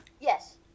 Yes